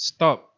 Stop